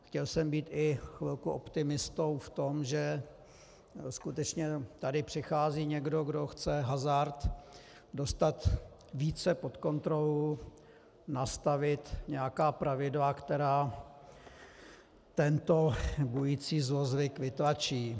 Chtěl jsem být i chvilku optimistou v tom, že skutečně tady přichází někdo, kdo chce hazard dostat více pod kontrolu, nastavit nějaká pravidla, která tento bující zlozvyk vytlačí.